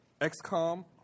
XCOM